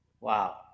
Wow